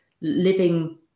living